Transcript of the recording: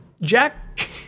Jack